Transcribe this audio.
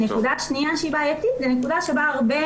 נקודה שנייה שהיא בעייתית זו נקודה שבה הרבה